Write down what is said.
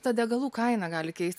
ta degalų kaina gali keisti